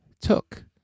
took